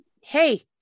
Hey